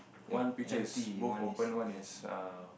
one picture is both open one is err